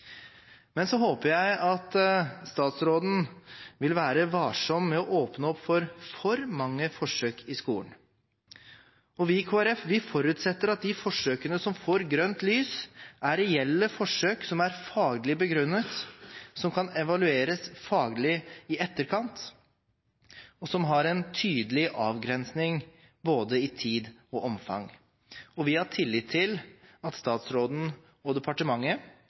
Men jeg håper at statsråden vil være varsom med å åpne opp for for mange forsøk i skolen. Vi i Kristelig Folkeparti forutsetter at de forsøkene som får grønt lys, er reelle forsøk som er faglig begrunnet, som kan evalueres faglig i etterkant, og som har en tydelig avgrensning i både tid og omfang. Vi har tillit til at statsråden og departementet